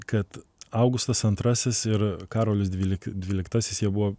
kad augustas antrasis ir karolis dvy dvyliktasis jie buvo